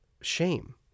shame